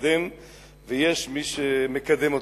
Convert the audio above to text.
להתקדם ויש מי שמקדם אותו.